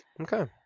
Okay